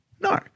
No